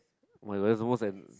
my that's most than